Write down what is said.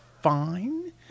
fine